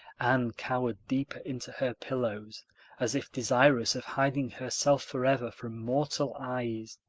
anne cowered deeper into her pillows as if desirous of hiding herself forever from mortal eyes.